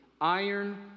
Iron